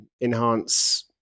enhance